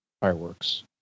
fireworks